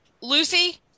Lucy